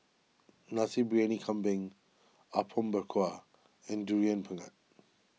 Nasi Biyani Kambing Apom Berkuah and Durian Pengat